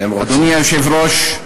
אדוני היושב-ראש,